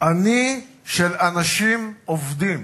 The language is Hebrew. עני של אנשים עובדים,